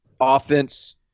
offense